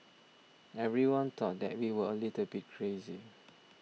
everyone thought that we were a little bit crazy